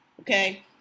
Okay